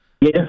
Yes